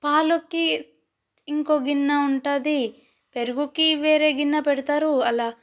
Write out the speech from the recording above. పాలకి ఇంకో గిన్నె ఉంటుంది పెరుగుకి వేరే గిన్నె పెడతారు అలా